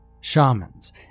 Shamans